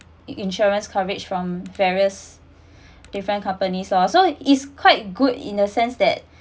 insurance coverage from various different companies lor so is quite good in a sense that